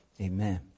Amen